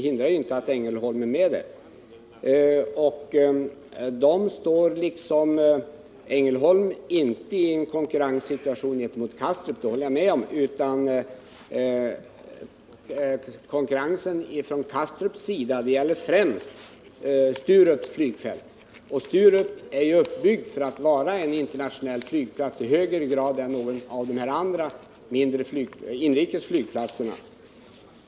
Konkurrensen från Kastrup gäller emellertid varken dem eller Ängelholms flygplats, utan den gäller främst Sturups flygfält — Sturup är i högre grad än de andra inrikesflygplatserna uppbyggd för att vara en internationell flygplats.